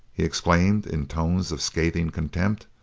he exclaimed in tones of scathing contempt.